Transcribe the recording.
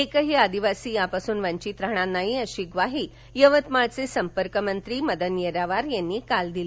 एकही आदिवासी यापासून वंचित राहणार नाही अशी ग्वाही यवतमाळचे संपर्कमंत्री मदन येरावार यांनी काल दिली